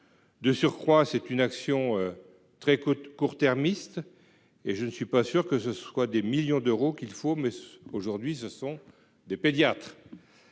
De surcroît, c'est une action très coûte court-termiste et je ne suis pas sûr que ce soit des millions d'euros qu'il faut mais aujourd'hui ce sont des pédiatres.